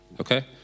Okay